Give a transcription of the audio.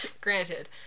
Granted